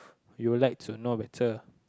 you'll like to know better